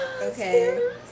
okay